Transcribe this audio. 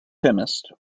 chemist